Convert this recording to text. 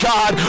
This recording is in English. God